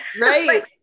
Right